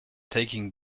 taking